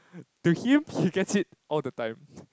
to him he gets it all the time